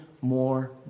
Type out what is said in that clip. more